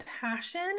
passion